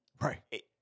Right